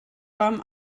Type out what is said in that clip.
warm